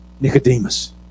Nicodemus